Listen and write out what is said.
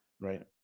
Right